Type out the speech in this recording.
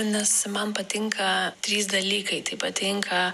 nes man patinka trys dalykai tai patinka